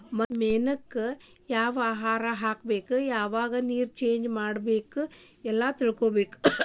ಮೇನಕ್ಕ ಯಾವ ಆಹಾರಾ ಹಾಕ್ಬೇಕ ಯಾವಾಗ ನೇರ ಚೇಂಜ್ ಮಾಡಬೇಕ ಎಲ್ಲಾ ತಿಳಕೊಬೇಕ